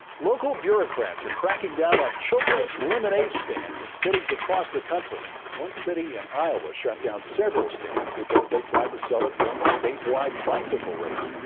local bureaucrats are cracking down on children's lemonade stands in cities across the country. one city in iowa shut down several stands, because they tried to sell it during a statewide bicycle race.